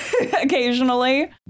occasionally